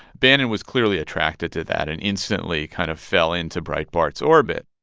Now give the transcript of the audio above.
bannon was clearly attracted to that and instantly kind of fell into breitbart's orbit